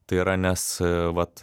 tai yra nes vat